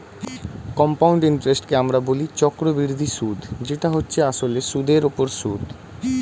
compound ইন্টারেস্টকে আমরা বলি চক্রবৃদ্ধি সুদ যেটা হচ্ছে আসলে সুদের উপর সুদ